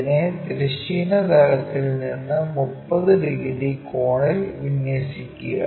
അതിനെ തിരശ്ചീന തലത്തിൽ നിന്ന് 30 ഡിഗ്രി കോണിൽ വിന്യസിക്കുക